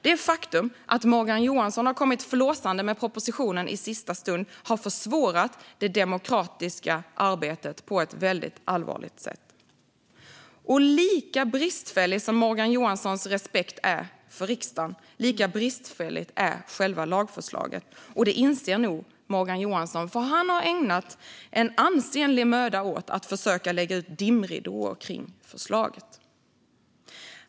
Det faktum att Morgan Johansson har kommit flåsande med propositionen i sista stund har försvårat det demokratiska arbetet på ett väldigt allvarligt sätt. Och lika bristfällig som Morgan Johanssons respekt är för riksdagen, lika bristfälligt är själva lagförslaget. Det inser nog Morgan Johansson, för han har ägnat en ansenlig möda åt att försöka lägga ut dimridåer kring förslaget.